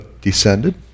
descended